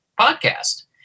podcast